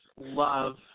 love